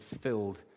filled